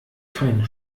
keine